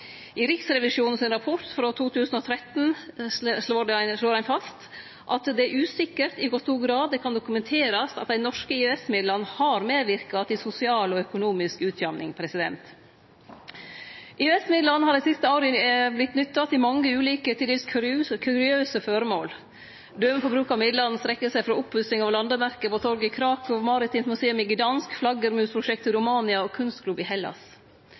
i levekår. I Riksrevisjonen sin rapport frå 2013 slår ein fast at det er usikkert i kor stor grad det kan dokumenterast at dei norske EØS-midlane har medverka til sosial og økonomisk utjamning. EØS-midlane har dei siste åra vorte nytta til mange ulike – til dels kuriøse – føremål. Døme på bruk av midlane strekkjer seg frå oppussing av landemerke på torget i Krakow, maritimt museum i Gdansk, flaggermusprosjekt i Romania og kunstklubb i Hellas.